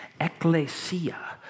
ecclesia